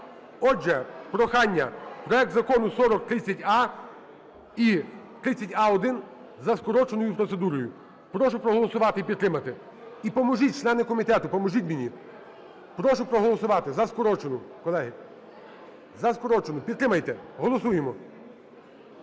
Отже, прохання проект Закону 4030а і 4030а-1 – за скороченою процедурою. Прошу проголосувати і підтримати. І поможіть, члени комітету, поможіть мені. Прошу проголосувати за скорочену, колеги, за скорочену. Підтримайте, голосуємо.